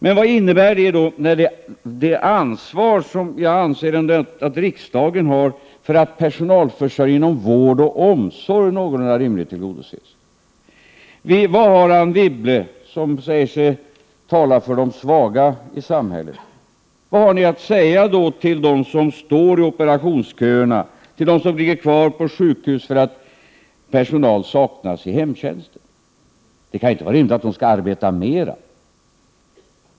Men vad innebär detta när det gäller det ansvar som jag anser att riksdagen har för att personalförsörjningen inom vård och omsorg på ett någorlunda rimligt sätt tillgodoses? Vad har Anne Wibble, som säger sig tala för de svaga i samhället, att säga till dem som står i operationsköerna, till dem som ligger kvar på sjukhus därför att personal saknas i hemtjänsten? Det kan ju inte vara rimligt att de skall arbeta mera.